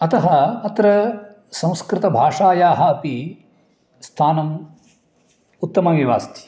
अतः अत्र संस्कृतभाषायाः अपि स्थानम् उत्तममेव अस्ति